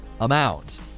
amount